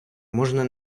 можна